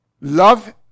love